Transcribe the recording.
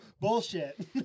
Bullshit